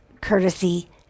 courtesy